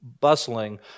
bustling